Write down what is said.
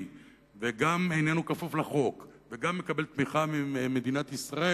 וגם איננו כפוף לחוק וגם מקבל תמיכה ממדינת ישראל,